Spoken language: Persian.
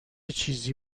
چیزی